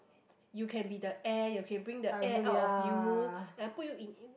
you can be the air you can bring the air out of you I put you in in